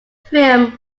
film